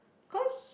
cause